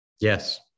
Yes